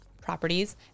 properties